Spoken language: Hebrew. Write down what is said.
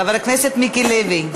חבר הכנסת מיקי לוי,